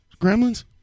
gremlins